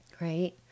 right